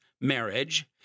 marriage